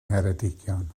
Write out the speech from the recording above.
ngheredigion